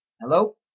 Hello